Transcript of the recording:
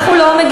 אנחנו לא,